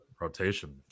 rotation